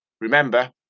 Remember